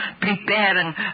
preparing